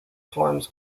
forms